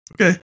Okay